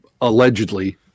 allegedly